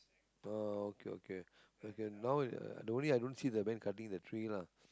oh okay okay okay now the the only i don't see the man cutting the tree lah